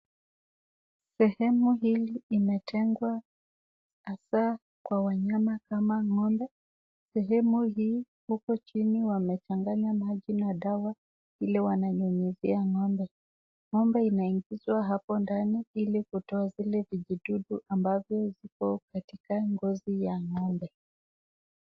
Pehali hili imetengwa hasa kwa wanyama kama ng'ombe. Sehemu hii huko jini wamechanganya maji na dawa ili wanyunyizie ng'ombe. Ng'ombe inaingizwa hapo ndani ili kutoa zile vijidudu ambavyo viko katika ngozi ya ng'ombe.